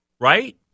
right